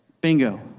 Bingo